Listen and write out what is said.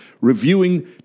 reviewing